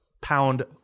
Pound